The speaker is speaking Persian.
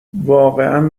واقعا